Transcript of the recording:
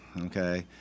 okay